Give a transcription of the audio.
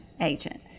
agent